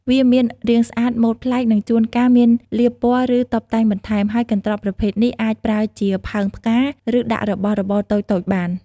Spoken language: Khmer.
វាមានរាងស្អាត ម៉ូដប្លែក និងជួនកាលមានលាបពណ៌ ឬតុបតែងបន្ថែម ហើយកន្ត្រកប្រភេទនេះអាចប្រើជាផើងផ្កា ឬដាក់របស់របរតូចៗបាន។